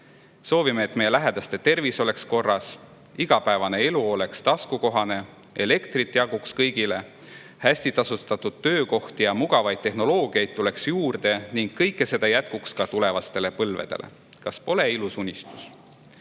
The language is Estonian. soovime, et meie lähedaste tervis oleks korras, igapäevane elu oleks taskukohane, elektrit jaguks kõigile, hästi tasustatud töökohti ja mugavaid tehnoloogiaid tuleks juurde ning kõike seda jätkuks ka tulevastele põlvedele. Kas pole ilus unistus? Võiks